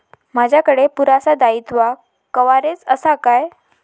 माजाकडे पुरासा दाईत्वा कव्हारेज असा काय?